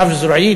רב-זרועית,